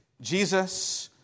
Jesus